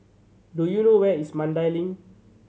do you know where is Mandai Link